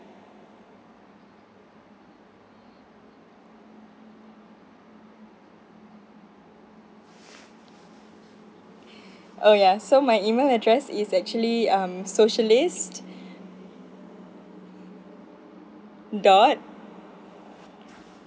oh ya so my email address is actually um socialist dot